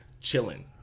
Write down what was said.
chilling